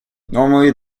normally